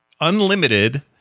unlimited